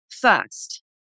first